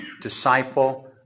disciple